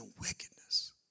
wickedness